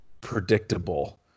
predictable